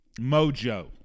mojo